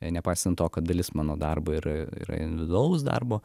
nepaisant to kad dalis mano darbo ir yra individualus darbo